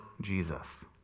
Jesus